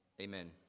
amen